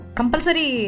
compulsory